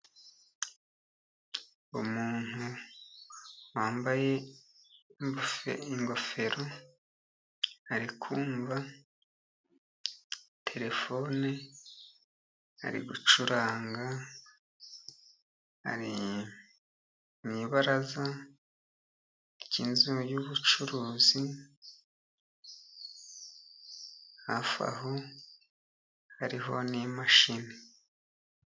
Umuntu wambaye ingofero ari kumva telefone ari gucuranga, ari mu ibaraza ry'inzu y'ubucuruzi, hafi aho hariho n'imashini.